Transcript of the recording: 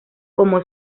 como